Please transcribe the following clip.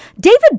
David